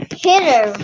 hitter